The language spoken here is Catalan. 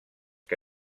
que